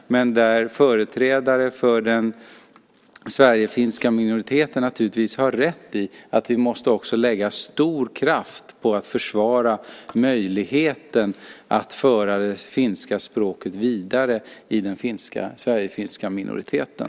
Men företrädare för den sverigefinska minoriteten har naturligtvis rätt i att vi måste lägga stor kraft på att försvara möjligheten att föra det finska språket vidare i den sverigefinska minoriteten.